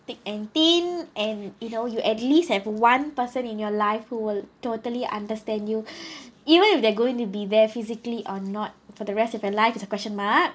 thick and thin and you know you at least have one person in your life who will totally understand you even if they're going to be there physically or not for the rest of your life is a question mark